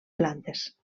plantes